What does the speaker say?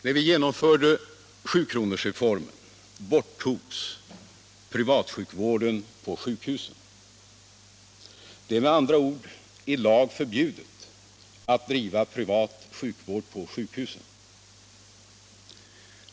När vi genomförde sjukronorsreformen borttogs privatsjukvården på sjukhusen. Det är med andra ord i lag förbjudet att driva privat sjukvård på sjukhusen.